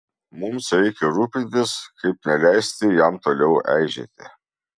mums reikia rūpintis kaip neleisti jam toliau eižėti